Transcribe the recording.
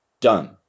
done